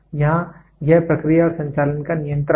तो यहाँ यह प्रक्रिया और संचालन का नियंत्रण है